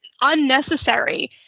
unnecessary